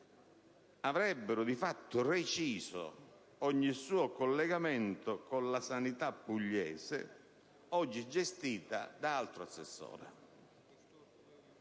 avrebbero, di fatto, reciso ogni suo collegamento con la sanità pugliese, oggi gestita da altro assessore.